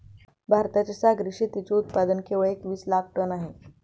भारताचे सागरी शेतीचे उत्पादन केवळ एकवीस लाख टन आहे